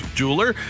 jeweler